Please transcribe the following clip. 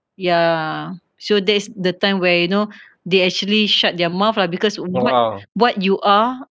ya so that's the time where you know they actually shut their mouth lah because what what you are